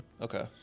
Okay